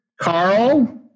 carl